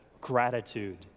gratitude